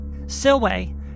Silway